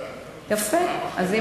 בוודאי, פעם